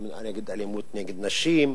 יום נגד אלימות נגד נשים,